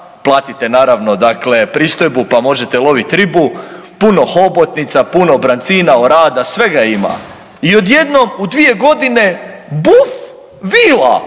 platite naravno pristojbu pa možete loviti ribu, puno hobotnica, puno brancina, orada, svega ima i odjednom u dvije godine buf vila,